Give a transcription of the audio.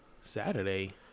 Saturday